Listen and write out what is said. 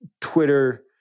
Twitter